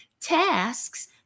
tasks